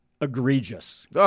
egregious